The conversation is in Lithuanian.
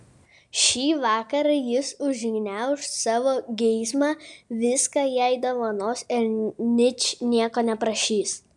šį vakarą jis užgniauš savo geismą viską jai dovanos ir ničnieko neprašys